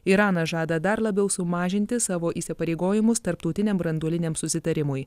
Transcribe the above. iranas žada dar labiau sumažinti savo įsipareigojimus tarptautiniam branduoliniam susitarimui